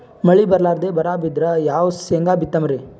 ಮಳಿ ಬರ್ಲಾದೆ ಬರಾ ಬಿದ್ರ ಯಾ ಶೇಂಗಾ ಬಿತ್ತಮ್ರೀ?